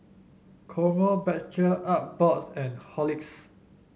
Krombacher Artbox and Horlicks